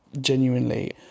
Genuinely